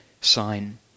sign